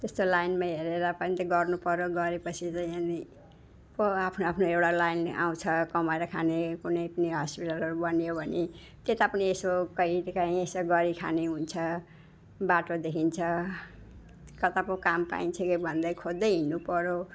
त्यस्तो लाइनमा हेरेर पनि त गर्नुपऱ्यो गरेपछि त अनि पो आफ्नो आफ्नो एउटा लाइन आउँछ कमाएर खाने कुनै पनि हस्पिटलहरू बनियो भने त्यता पनि यसो कहीँ त कहीँ यसो गरिखाने हुन्छ बाटो देखिन्छ कता पो काम पाइन्छ कि भन्दै खोज्दै हिँड्नुपऱ्यो